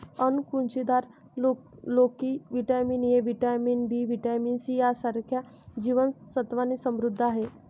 अणकुचीदार लोकी vitamin A, vitamin B, vitamin C यांसारख्या जीवन सत्त्वांनी समृद्ध आहे